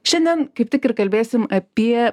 šiandien kaip tik ir kalbėsim apie